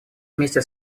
вместе